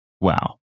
Wow